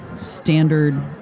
standard